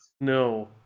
No